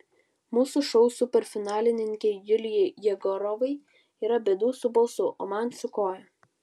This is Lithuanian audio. mūsų šou superfinalininkei julijai jegorovai yra bėdų su balsu o man su koja